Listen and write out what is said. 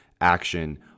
action